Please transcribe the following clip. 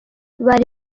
bari